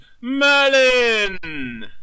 Merlin